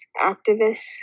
activists